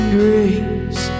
grace